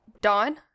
Dawn